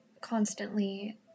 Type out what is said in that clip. constantly